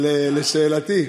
אבל לשאלתי.